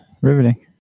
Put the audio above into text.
riveting